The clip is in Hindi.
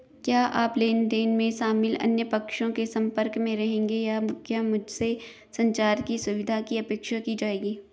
क्या आप लेन देन में शामिल अन्य पक्षों के संपर्क में रहेंगे या क्या मुझसे संचार की सुविधा की अपेक्षा की जाएगी?